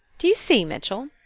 do you see, mitchell?